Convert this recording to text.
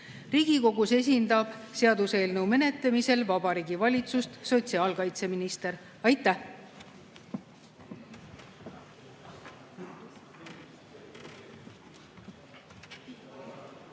Riigikogus esindab seaduseelnõu menetlemisel Vabariigi Valitsust sotsiaalkaitseminister. Aitäh!